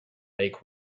make